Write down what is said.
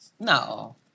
No